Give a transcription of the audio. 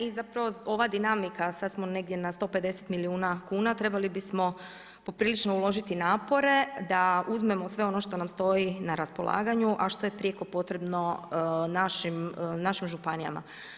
I zapravo ova dinamika, sada smo negdje na 150 milijuna kuna, trebali bismo poprilično uložiti napore da uzmemo sve ono što nam stoji na raspolaganju a što je prijeko potrebno našim županijama.